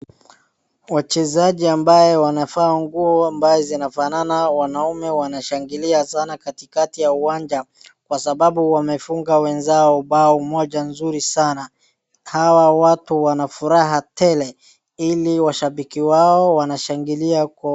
Wachezaji ambao wanavaa nguo ambazo zinafanana wanaume wanashangilia sana katikati ya uwanja kwa sababu wamefunga wenzao bao moja nzuri sana. Hawa watu wana furaha tele, ili washabiki wao wanashangilia.